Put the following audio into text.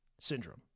syndrome